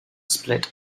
split